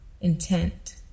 intent